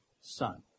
son